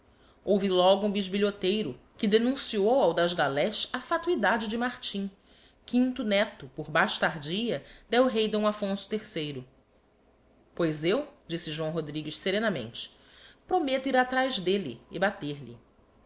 houve logo um bisbilhoteiro que denunciou ao das galés a fatuidade de martim quinto neto por bastardia d'el-rei d affonso iii pois eu disse joão rodrigues serenamente prometto ir atraz d'elle e bater-lhe